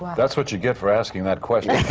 that's what you get for asking that question!